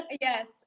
yes